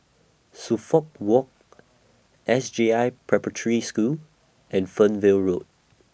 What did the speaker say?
Suffolk Walk S J I Preparatory School and Fernvale Road